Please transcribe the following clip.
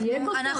לתייג אותו?